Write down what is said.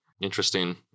Interesting